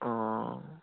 অঁ